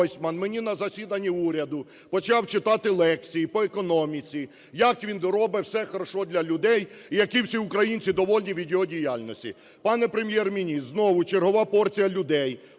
Пане Прем'єр-міністр, знову чергова порція людей,